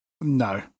No